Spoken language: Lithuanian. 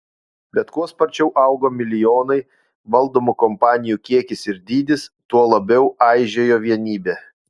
bet kuo sparčiau augo milijonai valdomų kompanijų kiekis ir dydis tuo labiau aižėjo vienybė